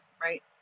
right